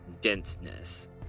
denseness